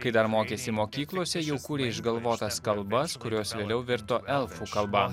kai dar mokėsi mokyklose jau kūrė išgalvotas kalbas kurios vėliau virto elfų kalba